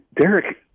Derek